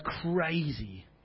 crazy